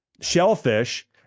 shellfish